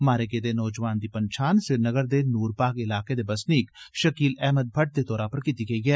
मारे गेदे नोजवान दी पंछान श्रीनगर दे नूरबाग इलाके दे बसनीक शकील अहमद भट्ट दे तौरा पर कीती गेई ऐ